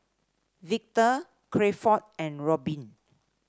Victor Crawford and Robin